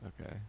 Okay